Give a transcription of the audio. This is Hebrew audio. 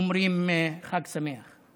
אומרים חג שמח,